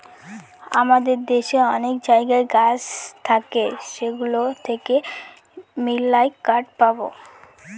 আমাদের দেশে অনেক জায়গায় গাছ থাকে সেগুলো থেকে মেললাই কাঠ পাবো